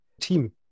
team